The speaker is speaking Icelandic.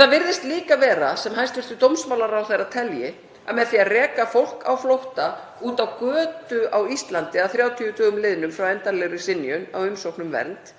Það virðist líka vera sem hæstv. dómsmálaráðherra telji að með því að reka fólk á flótta út á götu á Íslandi að 30 dögum liðnum frá endanlegri synjun á umsókn um vernd,